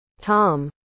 Tom